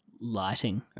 lighting